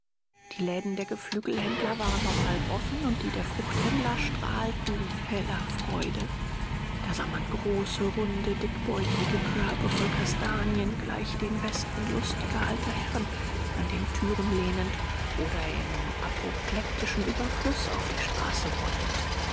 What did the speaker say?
die läden der geflügelhändler waren noch halb offen und die der fruchthändler strahlten in heller freude da sah man große runde dickbäuchige körbe voll kastanien gleich den westen lustiger alter herren an den thüren lehnend oder im apoplektischen ueberfluß auf die straße rollend